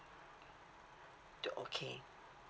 to okay